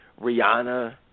Rihanna